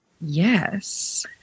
Yes